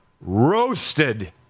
roasted